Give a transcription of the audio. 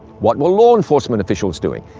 what were law enforcement officials doing?